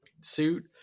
suit